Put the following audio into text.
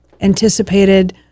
anticipated